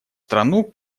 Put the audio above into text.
страну